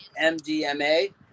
MDMA